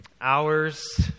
Hours